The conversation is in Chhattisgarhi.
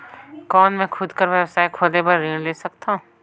कौन मैं खुद कर व्यवसाय खोले बर ऋण ले सकत हो?